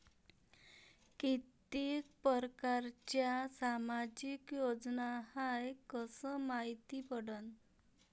कितीक परकारच्या सामाजिक योजना हाय कस मायती पडन?